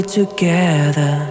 together